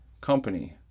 company